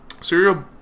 Serial